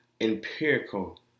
empirical